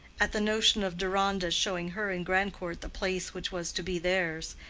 at the notion of deronda's showing her and grandcourt the place which was to be theirs,